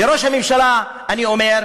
לראש הממשלה אני אומר: